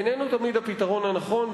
איננו תמיד הפתרון הנכון,